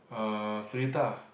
uh Seletar